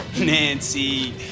Nancy